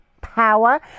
power